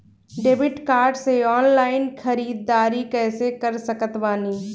Debit card से online ख़रीदारी कैसे कर सकत बानी?